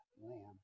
lamb